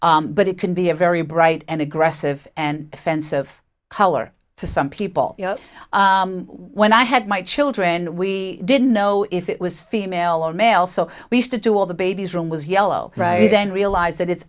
look but it can be a very bright and aggressive and offensive color to some people you know when i had my children we didn't know if it was female or male so we used to do all the baby's room was yellow then realized that it's